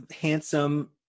handsome